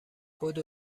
بدو